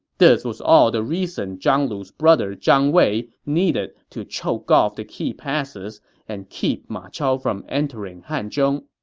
this was all the reason zhang lu's brother zhang wei needed to choke off the key passes and keep ma chao from entering hanzhong